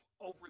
over